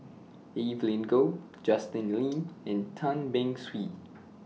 Evelyn Goh Justin Lean and Tan Beng Swee